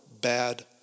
bad